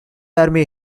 army